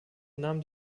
nahm